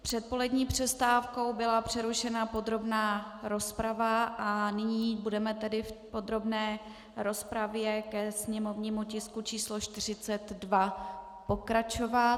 Před polední přestávkou byla přerušena podrobná rozprava a nyní budeme tedy nyní v podrobné rozpravě ke sněmovnímu tisku č. 42 pokračovat.